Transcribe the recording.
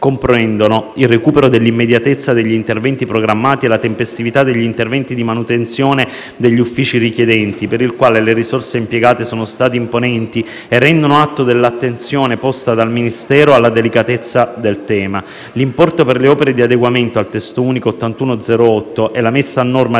innanzitutto, il recupero dell'immediatezza degli interventi programmati e la tempestività degli interventi di manutenzione degli uffici richiedenti, per i quali le risorse impiegate sono state imponenti e rendono atto dell'attenzione posta dal Ministero alla delicatezza del tema. L'importo per le opere di adeguamento al testo unico (decreto legislativo